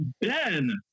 Ben